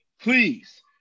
Please